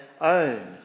own